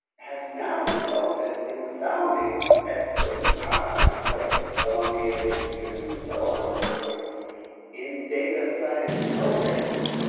has now resulted in the founding at some top notch places columbia, michigan, so on berkeley in data science programs,